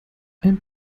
ein